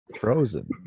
frozen